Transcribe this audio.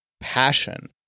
passion